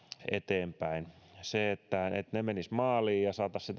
eteenpäin se että ne ne menisivät maaliin ja saataisiin